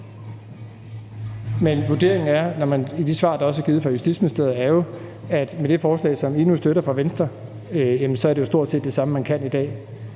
Men vurderingen er jo – også i de svar, der blev givet af Justitsministeriet – at med det forslag fra Venstre, som I nu støtter, jamen så er det jo stort set det samme, man kan i dag.